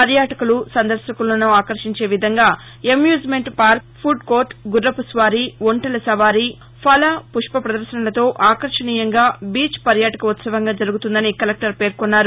పర్యాటకులు సందర్భకులను ఆకర్టించే విధంగా ఎమ్యూజ్మెంట్ పార్క్ ఫుడ్ కోర్ట గుర్రపు స్వారీ ఒంటెల సవారి ఫల పుష్ప పదర్శనలతో ఆకర్షణీయంగా బీచ్ పర్యాటక ఉత్సవంగా జరుగుతుందని కలెక్టర్ పేర్కొన్నారు